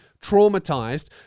traumatized